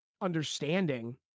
understanding